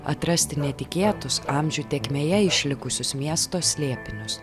atrasti netikėtus amžių tėkmėje išlikusius miesto slėpinius